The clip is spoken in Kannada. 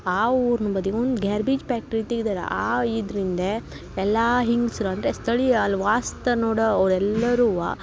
ಆ ಊರ್ನ ಬದಿ ಒಂದು ಗೇರ್ಬೀಜ್ ಪ್ಯಾಕ್ಟ್ರಿ ಇಟ್ಟಿದಾರ ಆ ಇದ್ರ ಹಿಂದೆ ಎಲ್ಲ ಹೆಂಗ್ಸ್ರು ಅಂದರೆ ಸ್ಥಳೀಯ ಅಲ್ಲಿ ವಾಸ್ತ ನೋಡೋ ಅವ್ರು ಎಲ್ಲರೂ